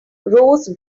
rose